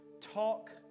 Talk